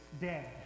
dead